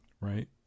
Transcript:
right